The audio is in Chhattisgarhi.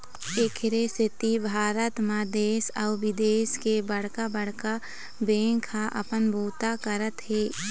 एखरे सेती भारत म देश अउ बिदेश के बड़का बड़का बेंक ह अपन बूता करत हे